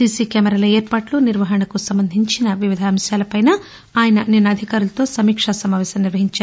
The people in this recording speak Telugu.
సీసీ కెమెరాల ఏర్పాట్లు నిర్వహణకు సంబంధించిన వివిధ అంశాలపై నిన్న ఆయన అధికారులతో సమీక్ష సమావేశం నిర్వహించారు